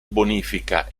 bonifica